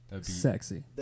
sexy